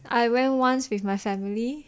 I went once with my family